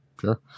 Sure